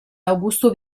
augusto